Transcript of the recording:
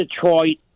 Detroit